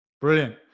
Brilliant